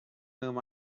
whom